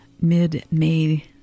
mid-May